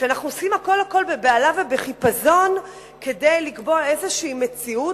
שאנחנו עושים הכול בבהלה ובחיפזון כדי לקבוע איזו מציאות,